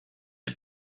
est